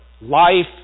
life